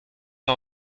pas